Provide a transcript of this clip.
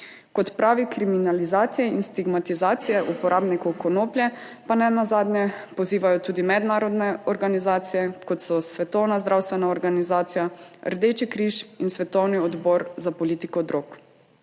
K odpravi kriminalizacije in stigmatizacije uporabnikov konoplje pa ne nazadnje pozivajo tudi mednarodne organizacije, kot so Svetovna zdravstvena organizacija, Rdeči križ in Svetovni odbor za politiko drog.